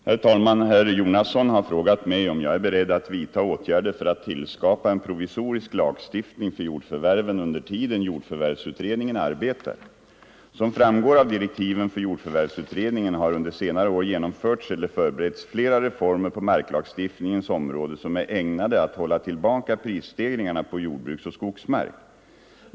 Herr talman! Herr Jonasson har frågat mig, om jag är beredd att vidtaga åtgärder för att tillskapa en provisorisk lagstiftning för jordförvärven under tiden jordförvärvsutredningen arbetar. Som framgår av direktiven för jordförvärvsutredningen har under senare år genomförts eller förberetts flera reformer på marklagstiftningens område som är ägnade att hålla tillbaka prisstegringarna på jordbruksoch skogsmark.